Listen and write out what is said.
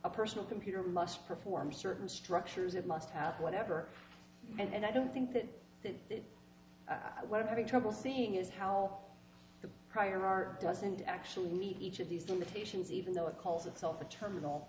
a personal computer must perform certain structures it must have whatever and i don't think that that what any trouble seeing is how the prior art doesn't actually meet each of these limitations even though it calls itself a terminal